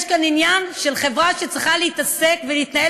יש כאן עניין של חברה שצריכה להתעסק ולהתנהל